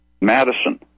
Madison